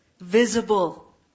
Visible